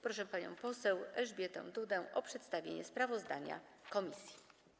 Proszę panią poseł Elżbietę Dudę o przedstawienie sprawozdania komisji.